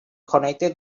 connected